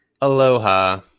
Aloha